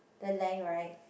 the length right